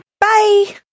bye